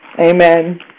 Amen